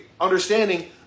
understanding